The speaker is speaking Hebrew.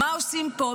מה עושים פה?